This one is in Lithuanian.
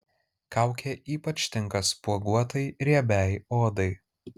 kaukė ypač tinka spuoguotai riebiai odai